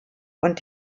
und